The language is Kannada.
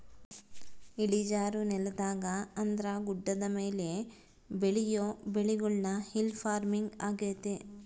ಇಳಿಜಾರು ನೆಲದಾಗ ಅಂದ್ರ ಗುಡ್ಡದ ಮೇಲೆ ಬೆಳಿಯೊ ಬೆಳೆಗುಳ್ನ ಹಿಲ್ ಪಾರ್ಮಿಂಗ್ ಆಗ್ಯತೆ